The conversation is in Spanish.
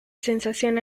sensación